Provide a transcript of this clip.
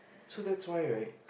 so that's why right